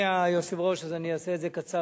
אדוני היושב-ראש, אז אני אעשה את זה קצר.